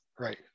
right